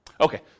Okay